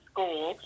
school